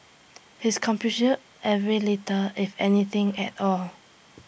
his every little if anything at all